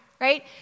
Right